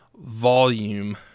volume